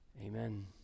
Amen